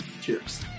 Cheers